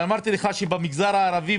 ואמרתי לך שמגזר הערבי,